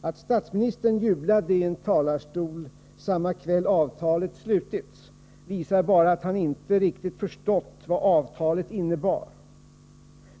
Att statsministern jublade i en talarstol samma kväll avtalet slutits visade bara att han inte riktigt förstått vad avtalet innebar.